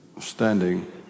Standing